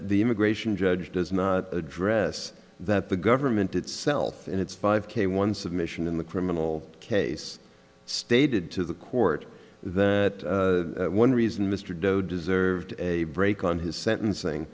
the immigration judge does not address that the government itself in its five k one submission in the criminal case stated to the court that one reason mr doe deserved a break on his sentenc